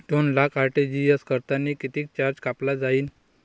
दोन लाख आर.टी.जी.एस करतांनी कितीक चार्ज कापला जाईन?